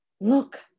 Look